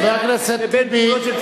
אני דיברתי על הילד הזה.